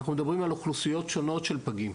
שאנחנו מדברים על אוכלוסיות שונות של פגים.